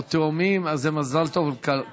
עוד תאומים, אז זה מזל טוב כפול.